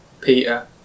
Peter